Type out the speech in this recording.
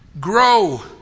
Grow